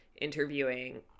interviewing